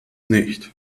nicht